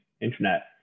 internet